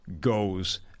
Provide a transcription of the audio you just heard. goes